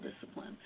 discipline